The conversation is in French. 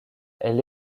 elle